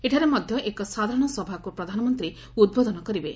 ଏଠାରେ ମଧ୍ଧ ଏକ ସାଧାରଣ ସଭାକୁ ପ୍ରଧାନମନ୍ତୀ ଉଦ୍ବୋଧନ କରିବେ